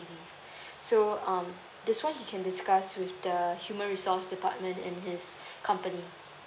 so um this one he can discuss with the human resource department in his company